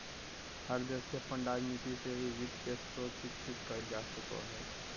हर देश के अपन राजनीती से ही वित्त के स्रोत विकसित कईल जा सको हइ